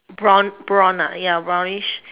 brown brown ah ya brownish